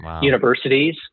universities